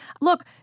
Look